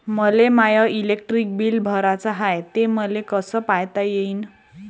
मले माय electric bill भराचं हाय, ते मले कस पायता येईन?